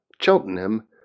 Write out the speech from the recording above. Cheltenham